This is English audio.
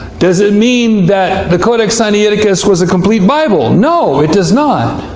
does it mean that the codex sinaiticus was a complete bible? no, it does not.